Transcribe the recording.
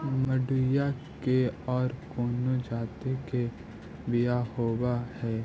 मडूया के और कौनो जाति के बियाह होव हैं?